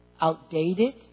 outdated